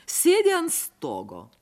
sėdi ant stogo